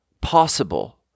possible